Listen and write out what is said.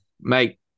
Mate